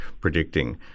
predicting